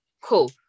Cool